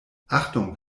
achtung